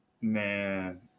man